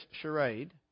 charade